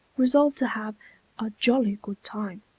resolved to have a jolly good time.